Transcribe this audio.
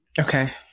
Okay